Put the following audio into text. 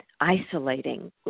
isolating